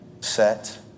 set